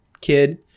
kid